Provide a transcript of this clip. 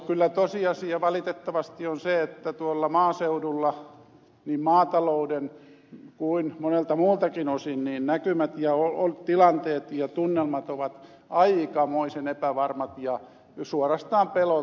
kyllä tosiasia valitettavasti on se että tuolla maaseudulla niin maatalouden kuin monelta muultakin osin näkymät ja tilanteet ja tunnelmat ovat aikamoisen epävarmat ja suorastaan pelonsekaiset